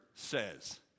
says